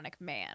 man